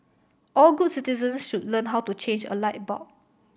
all good citizens should learn how to change a light bulb